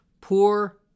poor